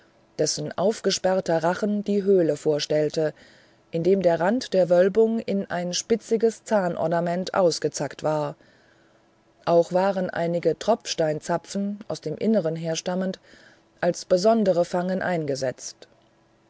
dessen aufgesperrter rachen die höhle vorstellte indem der rand der wölbung in ein spitziges zahnornament ausgezackt war auch waren einige tropfsteinzapfen aus dem inneren herstammend als besondere fangen eingesetzt